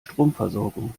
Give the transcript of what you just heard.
stromversorgung